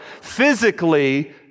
physically